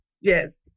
Yes